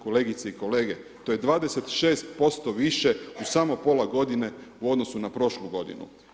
Kolegice i kolege, to je 26% više u samo pola godine u odnosu na prošlu godinu.